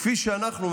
כפי שאנחנו,